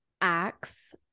acts